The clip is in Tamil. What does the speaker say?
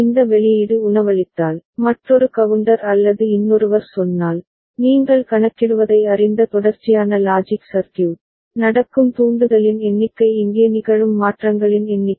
இந்த வெளியீடு உணவளித்தால் மற்றொரு கவுண்டர் அல்லது இன்னொருவர் சொன்னால் நீங்கள் கணக்கிடுவதை அறிந்த தொடர்ச்சியான லாஜிக் சர்க்யூட் நடக்கும் தூண்டுதலின் எண்ணிக்கை இங்கே நிகழும் மாற்றங்களின் எண்ணிக்கை